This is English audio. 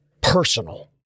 personal